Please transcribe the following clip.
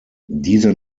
dieser